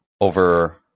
over